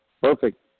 Perfect